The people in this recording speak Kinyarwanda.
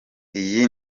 iyi